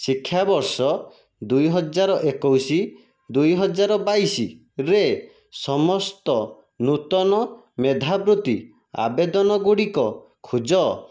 ଶିକ୍ଷାବର୍ଷ ଦୁଇ ହଜାର ଏକୋଇଶ ଦୁଇ ହଜାର ବାଇଶରେ ସମସ୍ତ ନୂତନ ମେଧାବୃତ୍ତି ଆବେଦନ ଗୁଡ଼ିକ ଖୋଜ